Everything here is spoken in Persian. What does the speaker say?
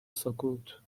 سکوت